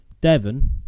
Devon